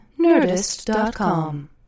Nerdist.com